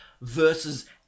versus